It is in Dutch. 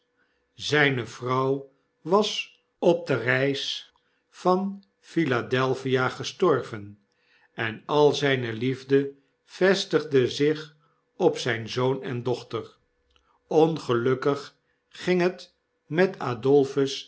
zijne vrouw was op de reis van philadelphia gestorven en al zyne liefde vestigde zich op zyn zoon en dochter ongelukkig ging het met